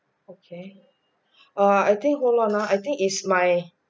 okay !wah! I think hold on ah I think its my